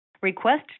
Request